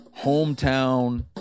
hometown